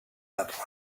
that